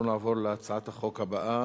אנחנו נעבור להצעת החוק הבאה,